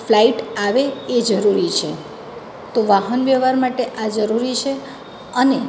flight આવે એ જરૂરી છે તો વાહન વ્યવહાર માટે આ જરૂરી છે અને